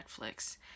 Netflix